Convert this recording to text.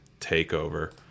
TakeOver